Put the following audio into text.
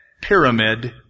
pyramid